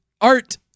Art